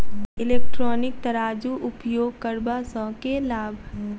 Electronic तराजू उपयोग करबा सऽ केँ लाभ?